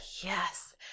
yes